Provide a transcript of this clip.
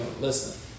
Listen